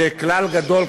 זה כלל גדול,